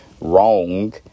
wrong